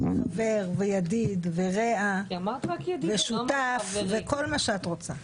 כי אמרת רק ידידי, לא אמרת חברי.